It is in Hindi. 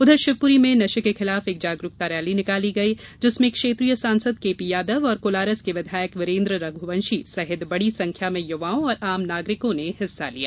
उधर शिवपुरी में नशे के खिलाफ एक जागरूकता रैली निकाली गयी जिसमें क्षेत्रीय सांसद के पी यादव और कोलारस के विधायक वीरेन्द्र रघुवंशी सहित बड़ी संख्या में युवाओं और आम नागरिकों ने हिस्सा लिया